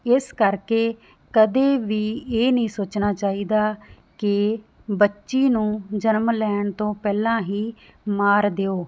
ਇਸ ਕਰਕੇ ਕਦੇ ਵੀ ਇਹ ਨਹੀਂ ਸੋਚਣਾ ਚਾਹੀਦਾ ਕਿ ਬੱਚੀ ਨੂੰ ਜਨਮ ਲੈਣ ਤੋਂ ਪਹਿਲਾਂ ਹੀ ਮਾਰ ਦਿਓ